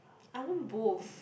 I want both